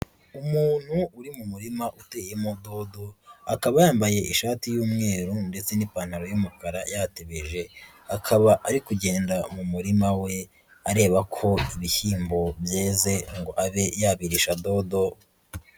Umuntu uri mu murima uteyemo dodo, akaba yambaye ishati y'umweru ndetse n'ipantaro y'umukara yatebeje, akaba ari kugenda mu murima we areba ko ibishyimbo byeze ngo abe yabirisha dodo.